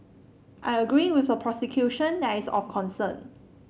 I agree with the prosecution that is of concern